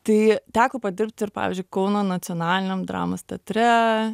tai teko padirbti ir pavyzdžiui kauno nacionaliniam dramos teatre